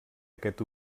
aquest